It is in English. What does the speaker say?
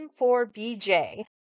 M4BJ